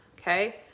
okay